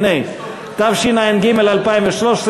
התשע"ג 2013,